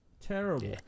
terrible